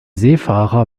seefahrer